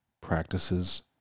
practices